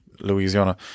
Louisiana